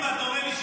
הם לא רוצים כלום.